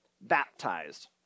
baptized